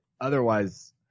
otherwise